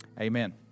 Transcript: Amen